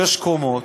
שש קומות,